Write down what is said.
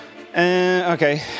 Okay